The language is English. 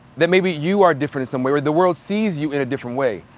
that maybe you are different in some way, or the world sees you in a different way.